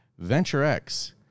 VentureX